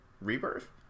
rebirth